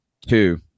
two